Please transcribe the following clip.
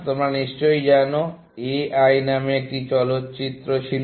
তোমরা নিশ্চয়ই জানো A I নামে একটি চলচ্চিত্র ছিল